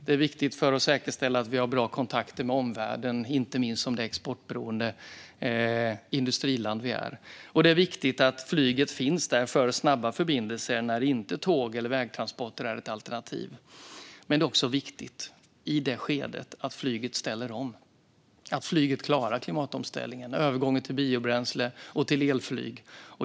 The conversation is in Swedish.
Det är viktigt för att säkerställa att vi har bra kontakter med omvärlden, inte minst på grund av att vi är ett exportberoende industriland. Det är viktigt att flyget finns där för snabba förbindelser när tåg eller vägtransporter inte är ett alternativ. Men det är också viktigt i ett skede när flyget ställer om och att flyget klarar klimatomställningen - övergången till biobränsle och till elflyg.